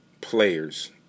players